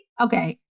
Okay